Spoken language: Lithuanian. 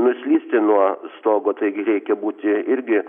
nuslysti nuo stogo taigi reikia būti irgi